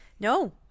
No